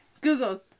Google